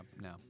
no